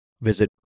visit